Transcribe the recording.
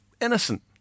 innocent